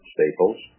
Staples